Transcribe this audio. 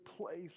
place